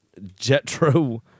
Jetro